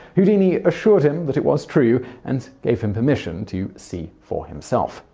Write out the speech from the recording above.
houdini assured him but it was true and gave him permission to see for himself.